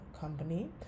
company